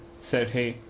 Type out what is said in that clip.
said he,